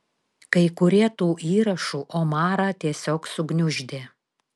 kai kurie tų įrašų omarą tiesiog sugniuždė